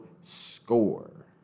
SCORE